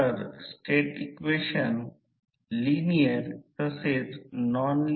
तर ते आहे I2 X e 2 sin ∅ 2